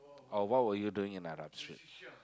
or what were you doing in Arab-Street